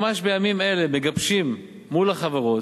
ממש בימים אלה מגבשים מול החברות,